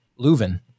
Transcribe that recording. Leuven